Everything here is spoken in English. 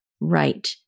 right